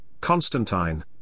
Constantine